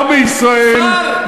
אתה לא תדבר לשר בישראל, שר?